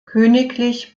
königlich